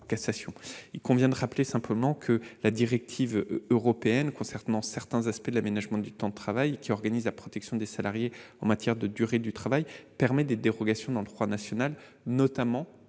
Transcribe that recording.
Il convient de le rappeler, la directive européenne concernant certains aspects de l'aménagement du temps de travail, qui organise la protection des salariés en matière de durée du travail, permet des dérogations dans le droit national, notamment